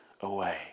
away